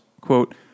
quote